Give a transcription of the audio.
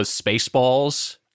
Spaceballs